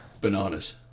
Bananas